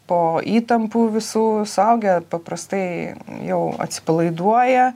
po įtampų visų suaugę paprastai jau atsipalaiduoja